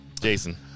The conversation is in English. Jason